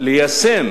ליישם